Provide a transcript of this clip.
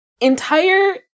entire